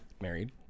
married